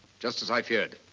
just as i feared.